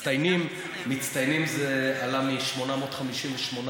מצטיינים זה עלה מ-858